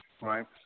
right